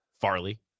Farley